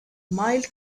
mild